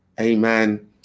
Amen